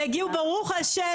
והגיעו ברוך השם,